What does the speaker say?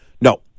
No